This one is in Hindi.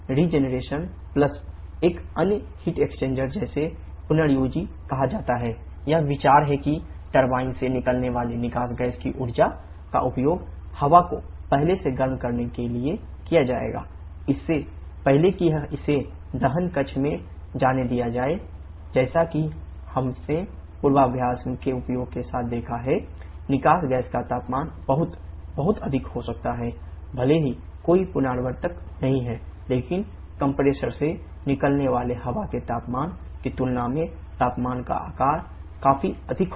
रीजेनरेशन प्लस से निकलने वाले हवा के तापमान की तुलना में तापमान का आकार काफी अधिक होगा